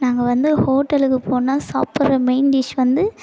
நாங்கள் வந்து ஹோட்டலுக்கு போனால் சாப்பிட்ற மெயின் டிஷ் வந்து